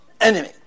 enemy